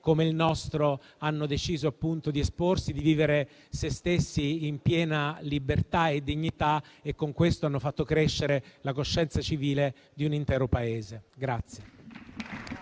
come il nostro hanno deciso di esporsi, di vivere sé stessi in piena libertà e dignità facendo in questo modo crescere la coscienza civile di un intero Paese.